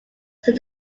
said